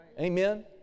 Amen